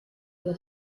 über